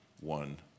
one